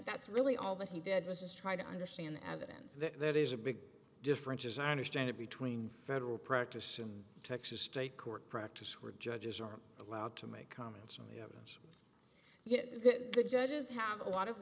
that's really all that he did was try to understand the evidence that is a big difference as i understand it between federal practice and texas state court practice where judges are allowed to make comments on the evidence yes the judges have a lot of